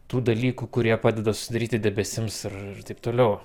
tų dalykų kurie padeda susidaryti debesims ir ir taip toliau